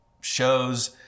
shows